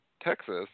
Texas